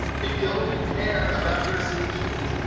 they don't care about your solutions.